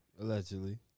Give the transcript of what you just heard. Allegedly